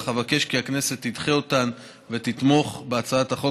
אך אבקש כי הכנסת תדחה אותן ותתמוך בהצעת החוק